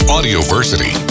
Audioversity